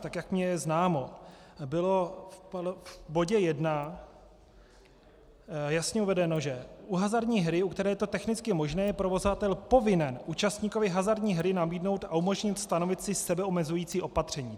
Tak jak mně je známo, bylo v bodě 1 jasně uvedeno, že u hazardní hry, u které je to technicky možné, je provozovatel povinen účastníkovi hazardní hry nabídnout a umožnit stanovit si sebeomezující opatření.